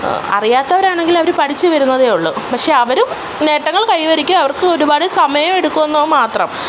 അറിയാത്തവരാണങ്കിലവർ പഠിച്ച് വരുന്നതേയുളളൂ പക്ഷേ അവരും നേട്ടങ്ങൾ കൈവരിക്കും അവർക്ക് ഒരുപാട് സമയം എടുക്കുമെന്നു മാത്രം